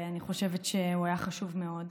ואני חושבת שהוא היה חשוב מאוד.